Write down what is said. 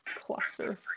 cluster